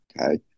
okay